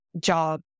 job